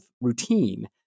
routine